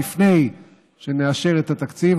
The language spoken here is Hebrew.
לפני שנאשר את התקציב,